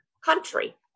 country